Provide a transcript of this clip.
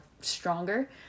stronger